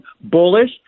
bullish